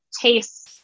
tastes